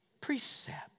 precept